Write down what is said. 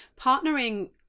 partnering